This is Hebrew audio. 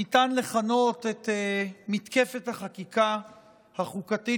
ניתן לכנות את מתקפת החקיקה החוקתית